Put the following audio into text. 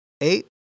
eight